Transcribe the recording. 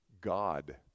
God